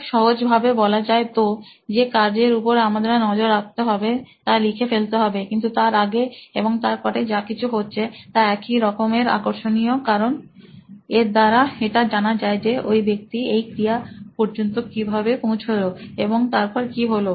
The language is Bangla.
খুবই সহজ ভাবে বলা যায় তো যে কার্যের উপর আমাদের নজর রাখতে হবে তা লিখে ফেলতে হবে কিন্তু তার আগে এবং পরে যা কিছু হচ্ছে তা একই রকমের আকর্ষণীয় হয় কারণ এর দ্বারা এটা জানা যায় যে ওই ব্যক্তি এই ক্রিয়া পর্যন্ত কিভাবে পৌঁছলো এবং তারপর কি হলো